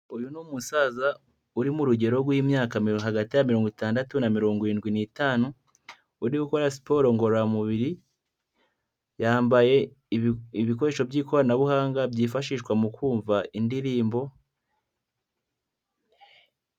Uyu ni umusaza urimo urugero rw'imyaka hagati ya mirongo itandatu na mirongo irinwi n'itanu, uri gukora siporo ngororamubiri, yambaye ibikoresho by'ikoranabuhanga, byifashishwa mu kumva indirimbo.